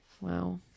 Wow